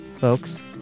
folks